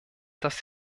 das